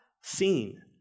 seen